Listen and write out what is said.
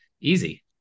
easy